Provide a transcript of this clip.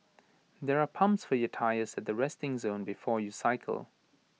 there are pumps for your tyres at the resting zone before you cycle